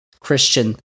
Christian